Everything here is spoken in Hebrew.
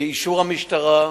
באישור המשטרה,